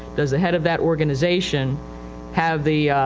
does the head of that organization have the,